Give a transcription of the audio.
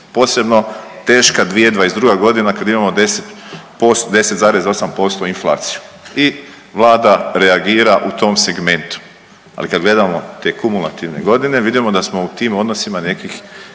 posebno teška 2022.g. kad imamo 10,8% inflaciju i Vlada reagira u tom segmentu, ali kad gledamo te kumulativne godine vidimo da smo u tim odnosima nekih